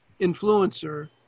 influencer